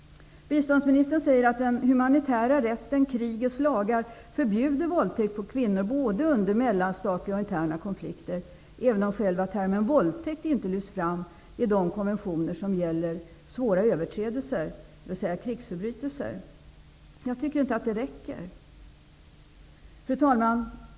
Biståndsministern säger att den humanitära rätten -- krigets lagar -- förbjuder våldtäkter på kvinnor både under mellanstatliga och under interna konflikter, även om själva termen våldtäkt inte lyfts fram i de konventioner som gäller svåra överträdelser, dvs. krigsförbrytelser. Jag tycker inte att det räcker. Fru talman!